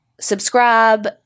subscribe